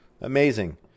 Amazing